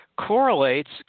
correlates